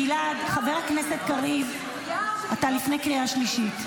גלעד, חבר הכנסת קריב, אתה לפני קריאה שלישית.